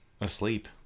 asleep